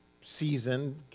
season